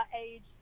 age